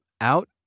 out